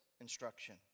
instruction